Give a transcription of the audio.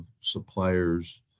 suppliers